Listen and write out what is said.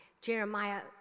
Jeremiah